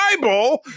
Bible